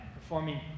performing